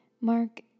Mark